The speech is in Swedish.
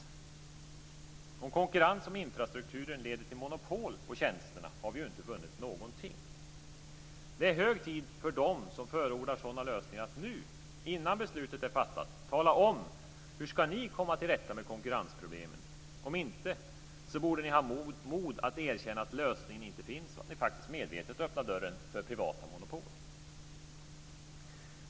Men om konkurrens om infrastrukturen leder till monopol på tjänster, har vi inte vunnit någonting. Det är hög tid för dem som förordar sådana lösningar att nu, innan beslutet är fattat, tala om hur de ska komma till rätta med konkurrensproblemen. Om inte, borde de ha mod att erkänna att lösningen inte finns och att de faktiskt medvetet öppnar dörren för privata monopol.